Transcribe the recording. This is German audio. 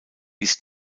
ist